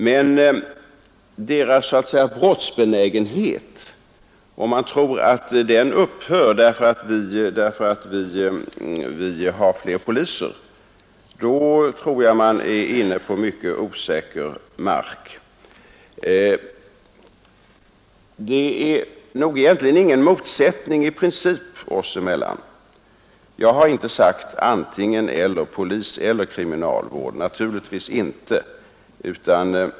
Men om man tror att deras brottsbenägenhet upphör därför att vi har fler poliser är man ute på mycket osäker mark. Det är nog egentligen ingen motsättning i princip oss emellan. Jag har inte sagt antingen—eller, polis eller kriminalvård.